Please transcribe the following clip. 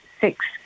six